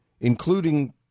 including